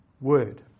word